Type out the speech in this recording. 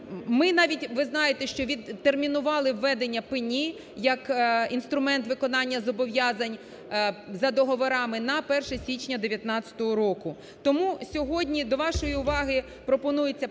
ви знаєте, що відтермінували введення пені як інструмент виконання зобов'язань за договорами на 1 січня 2019 року.